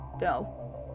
No